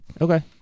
Okay